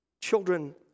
Children